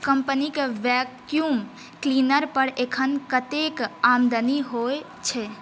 कंपनीके vacuum cleaner पर एखन कतेक आमदनी होइ छै